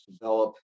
develop